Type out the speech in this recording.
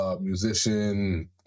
musician